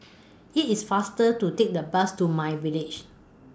IT IS faster to Take The Bus to My Village